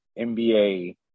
NBA